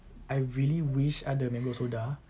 I really wish ada mango soda